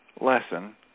lesson